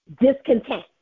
discontent